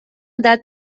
مدت